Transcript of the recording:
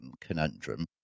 conundrum